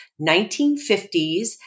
1950s